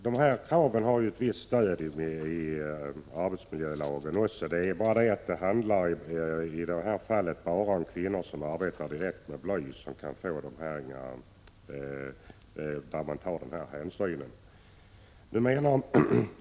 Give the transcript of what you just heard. De här kraven har ett visst stöd i arbetsmiljölagen också. I det fallet handlar det emellertid bara om hänsyn till de kvinnor som arbetar direkt med bly.